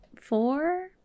four